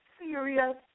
serious